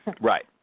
Right